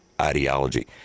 ideology